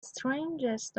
strangest